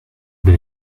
the